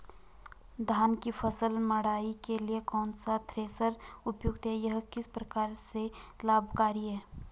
धान की फसल मड़ाई के लिए कौन सा थ्रेशर उपयुक्त है यह किस प्रकार से लाभकारी है?